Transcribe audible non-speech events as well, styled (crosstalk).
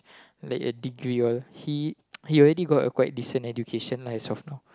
like a degree all he (noise) he already got a quite decent education lah as of now